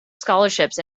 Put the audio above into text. scholarships